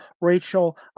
Rachel